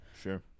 Sure